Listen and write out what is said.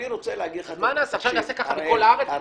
אז נעשה עכשיו ככה בכל הארץ?